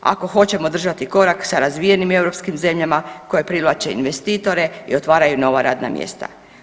Ako hoćemo držati korak sa razvijenim europskim zemljama koje privlače investitore i otvaraju nova radna mjesta.